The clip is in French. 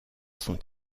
son